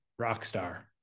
rockstar